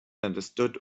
understood